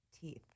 teeth